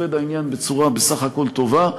העניין עובד בסך הכול בצורה טובה.